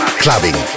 clubbing